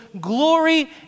glory